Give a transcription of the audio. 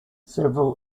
several